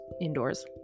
indoors